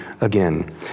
again